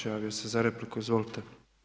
javio se za repliku, izvolite.